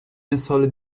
مثال